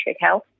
health